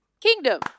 Kingdom